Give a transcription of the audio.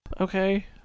Okay